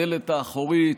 בדלת האחורית